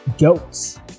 Goats